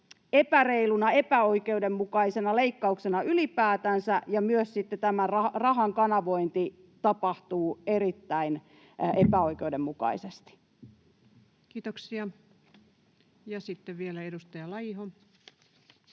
epäreiluna, epäoikeudenmukaisena leikkauksena ylipäätänsä, ja myös tämän rahan kanavointi tapahtuu erittäin epäoikeudenmukaisesti. Kiitoksia. — Sitten vielä edustaja Laiho.